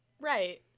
Right